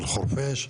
על חורפיש.